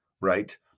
right